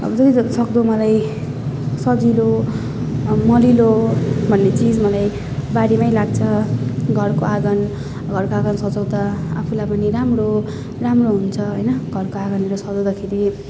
अब जतिसक्दो मलाई सजिलो मलिलो भन्ने चिज मलाई बारीमै लाग्छ घरको आँगन घरको आँगन सजाउँदा आफूलाई पनि राम्रो राम्रो हुन्छ होइन घरको आँगनहरू सजाउँदाखेरि